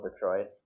Detroit